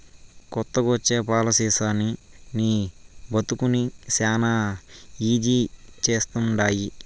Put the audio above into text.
కొత్తగొచ్చే పాలసీలనీ నీ బతుకుని శానా ఈజీ చేస్తండాయి